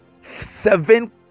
seven